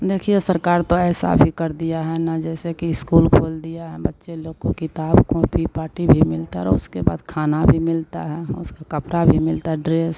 देखिए सरकार तो ऐसा भी कर दिया है ना जैसे कि इस्कूल खोल दिया हैं बच्चे लोग को किताब कॉपी पाटी भी मिलता रहे उसके बाद खाना भी मिलता है उसका कपड़ा भी मिलता है ड्रेस